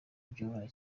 byoroha